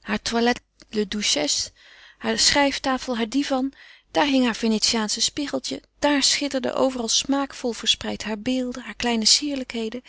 haar toilette duchesse hare schrijftafel haar divan daar hing heur venetiaansche spiegeltje daar schitterden overal smaakvol verspreid haar beelden haar kleine sierlijkheden